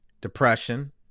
depression